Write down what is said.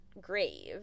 grave